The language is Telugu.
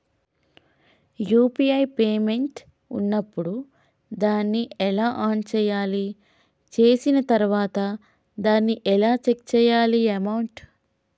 యూ.పీ.ఐ పేమెంట్ ఉన్నప్పుడు దాన్ని ఎలా ఆన్ చేయాలి? చేసిన తర్వాత దాన్ని ఎలా చెక్ చేయాలి అమౌంట్?